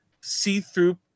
see-through